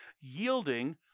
yielding